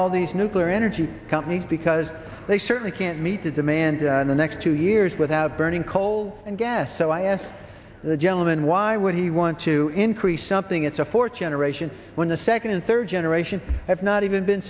all these nuclear energy companies because they certainly can't meet the demand in the next two years without burning coal and gas so i asked the gentleman why would he want to increase something it's a fourth generation when the second and third generation have not even been